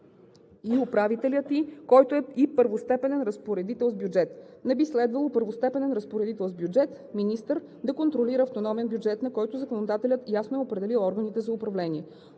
и управителят ѝ, който е и първостепенен разпоредител с бюджет. Не би следвало първостепенен разпоредител с бюджет – министър, да контролира автономен бюджет, на който законодателят ясно е определил органите за управление.